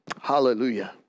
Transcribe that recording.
Hallelujah